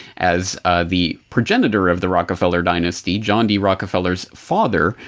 as the progenitor of the rockefeller dynasty, john d rockefeller's father,